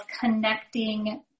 connecting